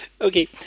Okay